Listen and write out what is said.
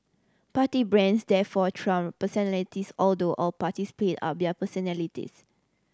party brands therefore trumped personalities although all parties played up their personalities